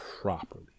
properly